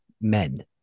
men